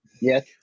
Yes